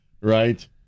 right